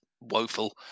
woeful